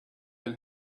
than